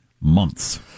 months